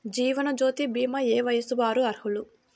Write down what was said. జీవనజ్యోతి భీమా ఏ వయస్సు వారు అర్హులు?